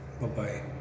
Bye-bye